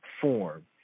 form